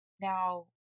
Now